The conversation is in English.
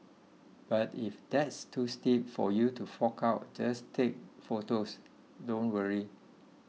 but if that's too steep for you to fork out just take photos don't worry